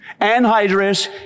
anhydrous